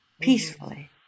peacefully